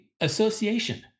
association